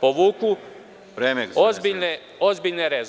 povuku ozbiljne rezove.